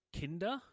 Kinder